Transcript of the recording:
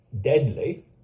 deadly